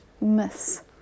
miss